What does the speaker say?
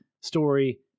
story